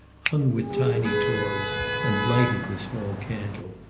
hung with tiny toys and lighted with small candles,